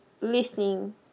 listening